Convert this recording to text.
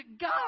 God